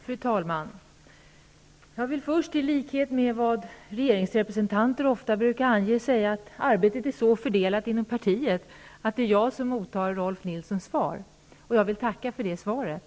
Fru talman! Jag vill först, i likhet med vad regeringsrepresentanter ofta brukar ange, säga att arbetet är så fördelat inom partiet att det är jag som mottar Rolf L. Nilsons svar. Jag vill tacka för det svaret.